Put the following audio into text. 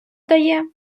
дає